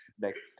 next